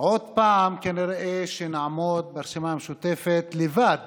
כנראה ברשימה המשותפת נעמוד לבד